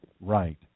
right